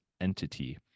entity